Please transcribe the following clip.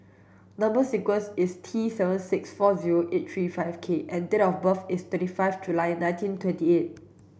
number sequence is T seven six four zero eight three five K and date of birth is twenty five July nineteen twenty eight